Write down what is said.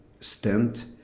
stent